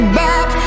back